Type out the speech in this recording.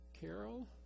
Carol